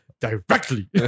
Directly